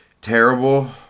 terrible